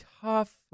tough